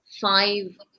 five